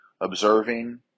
observing